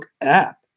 app